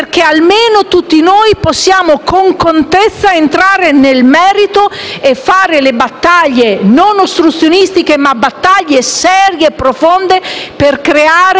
affinché tutti noi possiamo con contezza entrare nel merito e fare battaglie non ostruzionistiche, ma serie e profonde, per creare